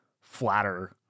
flatter